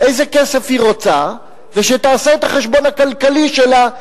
איזה כסף היא רוצה ושתעשה את החשבון הכלכלי שלה,